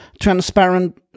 transparent